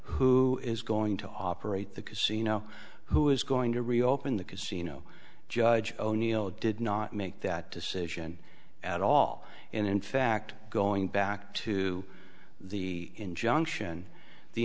who is going to operate the casino who is going to reopen the casino judge o'neil did not make that decision at all and in fact going back to the injunction the